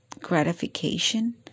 gratification